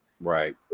Right